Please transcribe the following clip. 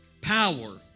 power